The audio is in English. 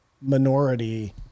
minority